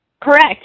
Correct